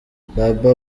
baba